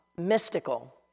mystical